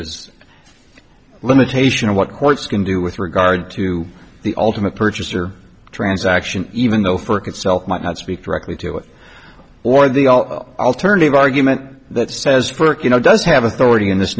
there limitation of what courts can do with regard to the ultimate purchaser transaction even though for itself might not speak directly to it or the alternative argument that says you know does have authority in this